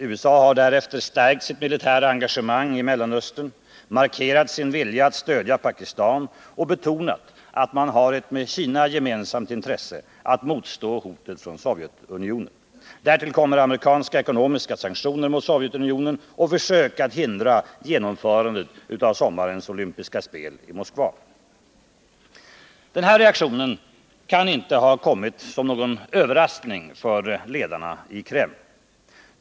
USA har därefter stärkt sitt militära engagemang i Mellanöstern, markerat sin vilja att stödja Pakistan och betonat att man har ett med Kina gemensamt intresse att motstå hotet från Sovjetunionen. Därtill kommer amerikanska ekonomiska sanktioner mot Sovjetunionen och försök att hindra genomförandet av sommarens olympiska spel i Moskva. 5 Denna reaktion kan inte ha kommit som någon överraskning för ledarna i Kreml.